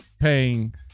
paying